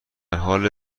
حال